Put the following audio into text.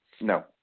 No